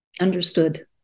understood